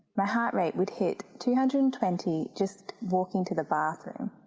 my heartrate would hit two hundred and twenty just walking to the bathroom,